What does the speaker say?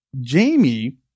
Jamie